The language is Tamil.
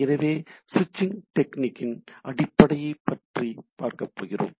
எனவே ஸ்விட்சிங் டெக்னிக்கின் அடிப்படையைப் பற்றி பார்க்கப் போகிறோம்